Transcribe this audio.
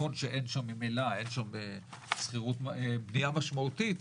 נכון שאין שם ממילא פגיעה משמעותית,